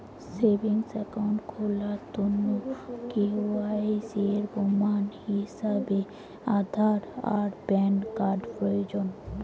savings account খুলার তন্ন KYC এর প্রমাণ হিছাবে আধার আর প্যান কার্ড প্রয়োজন